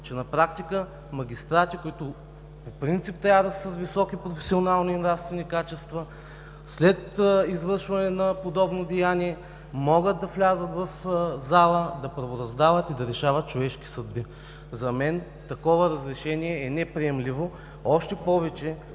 Че на практика магистрати, които по принцип трябва да са с високи професионални и нравствени качества, след извършване на подобно деяние могат да влязат в зала, да правораздават и да решават човешки съдби. За мен такова разрешение е неприемливо, още повече